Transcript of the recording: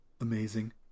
Amazing